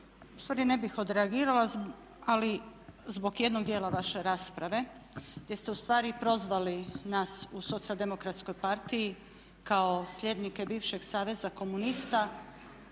ustvari ne bih odreagirala ali zbog jednog dijela vaše rasprave gdje ste ustvari prozvali nas u SDP-u kao sljednike bivšeg Saveza komunista